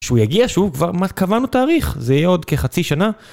כשהוא יגיע שוב, כבר קבענו תאריך, זה יהיה עוד כחצי שנה.